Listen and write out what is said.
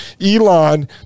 Elon